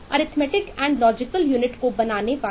arithmetic and logical unit में देखें